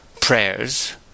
Prayers